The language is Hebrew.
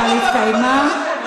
והוא אמר, חברים, התקיימה הצבעה,